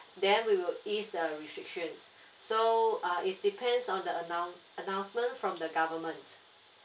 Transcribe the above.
then we would ease the restriction so err is depends on the announ~ announcement from the government